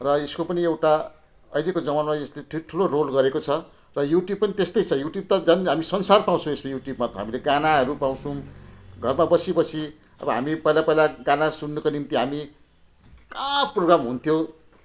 र यसको पनि एउटा अहिलेको जमानामा यसले ठुल्ठुलो रोल गरेको छ र युट्युब पनि त्यस्तै छ युट्युब त झन् हामी संसार पाउँछौँ यसमा युट्युबमा त हामीले गानाहरू पाउँछौँ घरमा बसी बसी अब पहिला पहिला हामी गाना सुन्नुको निम्ति हामी कहाँ प्रोग्राम हुन्थ्यो